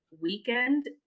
weekend